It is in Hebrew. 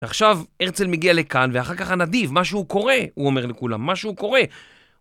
ועכשיו הרצל מגיע לכאן, ואחר כך הנדיב, מה שהוא קורה, הוא אומר לכולם, מה שהוא קורה!